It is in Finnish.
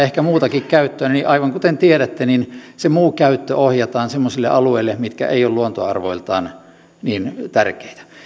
ehkä muutakin käyttöä aivan kuten tiedätte se muu käyttö ohjataan semmoisille alueille mitkä eivät ole luontoarvoiltaan niin tärkeitä